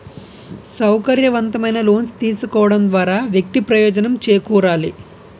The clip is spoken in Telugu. సౌకర్యవంతమైన లోన్స్ తీసుకోవడం ద్వారా వ్యక్తి ప్రయోజనం చేకూరాలి